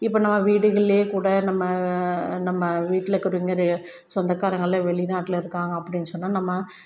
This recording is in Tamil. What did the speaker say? இப்போ நம்ம வீடுகளில் கூட நம்ம நம்ம வீட்டில் இருக்கிறவிங்க சொந்தக்காரங்களே வெளிநாட்டில் இருக்காங்க அப்படின்னு சொன்னால் நம்ம